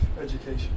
education